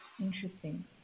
interesting